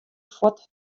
fuort